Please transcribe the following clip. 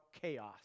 chaos